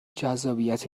جذابیت